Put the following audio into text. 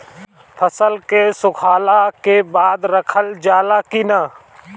फसल के सुखावला के बाद रखल जाला कि न?